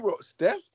Steph